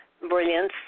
brilliance